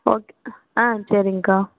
okay ஆ செரிங்க்கா